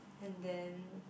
and then